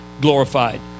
glorified